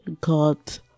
got